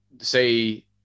say